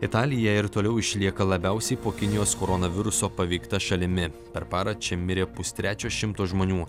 italija ir toliau išlieka labiausiai po kinijos koronaviruso paveikta šalimi per parą čia mirė pustrečio šimto žmonių